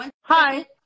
hi